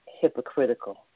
hypocritical